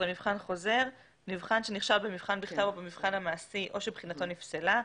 "מבחן חוזר נבחן שנכשל במבחן בכתב או במבחן המעשי או שבחינתו נפסלה,